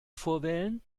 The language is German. vorwählen